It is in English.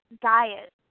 diet